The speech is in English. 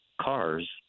cars